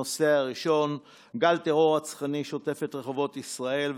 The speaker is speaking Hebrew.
הנושא הראשון: גל טרור רצחני שוטף את רחובות ישראל,